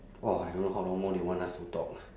!wah! I don't know how long more they want us to talk